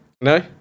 No